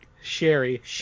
Sherry